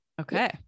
Okay